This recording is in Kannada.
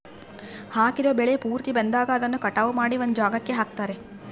ಹಾಕಿರೋ ಬೆಳೆ ಪೂರ್ತಿ ಬಂದಾಗ ಅದನ್ನ ಕಟಾವು ಮಾಡಿ ಒಂದ್ ಜಾಗಕ್ಕೆ ಹಾಕ್ತಾರೆ